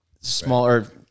smaller